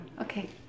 Okay